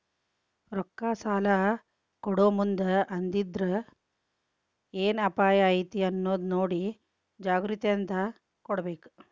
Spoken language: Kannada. ರೊಕ್ಕಾ ಸಲಾ ಕೊಡೊಮುಂದ್ ಅದ್ರಿಂದ್ ಏನ್ ಅಪಾಯಾ ಐತಿ ಅನ್ನೊದ್ ನೊಡಿ ಜಾಗ್ರೂಕತೇಂದಾ ಕೊಡ್ಬೇಕ್